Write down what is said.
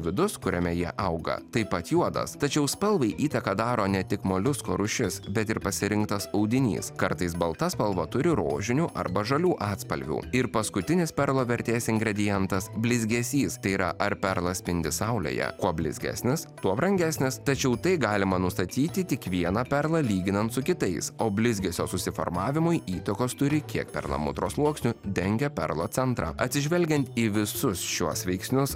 vidus kuriame jie auga taip pat juodas tačiau spalvai įtaką daro ne tik moliusko rūšis bet ir pasirinktas audinys kartais balta spalva turi rožinių arba žalių atspalvių ir paskutinis perlo vertės ingredientas blizgesys tai yra ar perlas spindi saulėje kuo blizgesnis tuo brangesnis tačiau tai galima nustatyti tik vieną perlą lyginant su kitais o blizgesio susiformavimui įtakos turi kiek perlamutro sluoksnių dengia perlo centrą atsižvelgiant į visus šiuos veiksnius